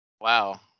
Wow